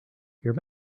your